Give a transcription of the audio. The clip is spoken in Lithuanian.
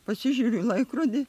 pasižiūriu į laikrodį